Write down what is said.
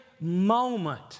moment